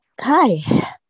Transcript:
Hi